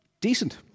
Decent